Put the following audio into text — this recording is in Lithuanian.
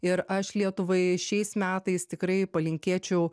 ir aš lietuvai šiais metais tikrai palinkėčiau